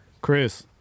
Chris